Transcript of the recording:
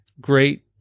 great